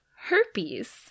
herpes